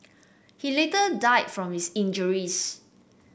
he later died from his injuries